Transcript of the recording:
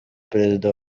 perezida